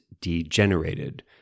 degenerated